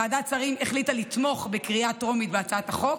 ועדת שרים החליטה לתמוך בקריאה טרומית בהצעת החוק,